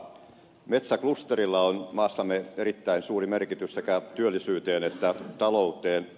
metsäklusterilla on maassamme erittäin suuri merkitys sekä työllisyyteen että talouteen